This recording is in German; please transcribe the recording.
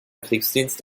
kriegsdienst